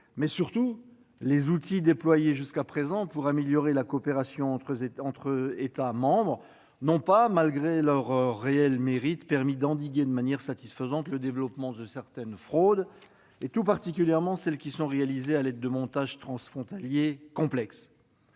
Mais surtout, les outils déployés jusqu'à présent pour améliorer la coopération entre États membres n'ont pas, malgré leurs réels mérites, permis d'endiguer de manière satisfaisante le développement de certaines fraudes, et tout particulièrement celles faisant appel à des montages transfrontaliers complexes.